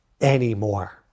anymore